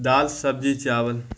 دال سبزی چاول